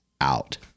out